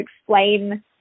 explain